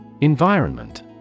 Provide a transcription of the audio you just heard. Environment